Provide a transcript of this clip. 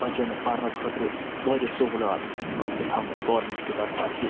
بَچَن پَرنہٕ خٲطرٕ واریاہ سہوٗلات آمژٕ تھاونہٕ گورمٮ۪نٹ کہِ طرفہٕ آسہِ